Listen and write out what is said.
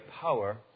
power